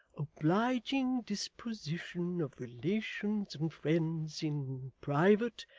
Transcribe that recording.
obliging disposition of relations and friends in private,